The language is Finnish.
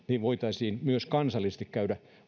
voitaisiin myös kansallisesti käydä